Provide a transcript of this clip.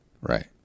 right